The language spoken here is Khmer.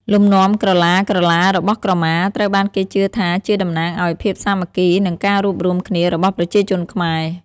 លំនាំក្រឡាៗរបស់ក្រមាត្រូវបានគេជឿថាជាតំណាងឱ្យ ភាពសាមគ្គី និងការរួបរួមគ្នា របស់ប្រជាជនខ្មែរ។